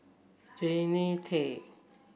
Jannie Tay